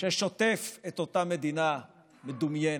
ששוטף את אותה מדינה מדומיינת.